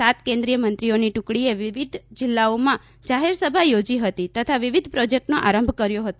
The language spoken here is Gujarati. સાત કેન્દ્રિય મંત્રીઓની ટુકડીએ વિવિધ જિલ્લાઓમાં જાહેરસભા યોજી હતી તથા વિવિધ પ્રોજેક્ટનો આરંભ કર્યો હતો